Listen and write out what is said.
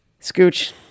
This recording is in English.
Scooch